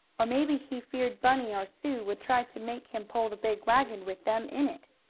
or maybe he feared bunny or sue would try to make him pull the big wagon, with them in it.